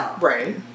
right